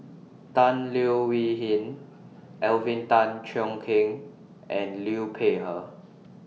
Tan Leo Wee Hin Alvin Tan Cheong Kheng and Liu Peihe